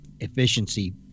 efficiency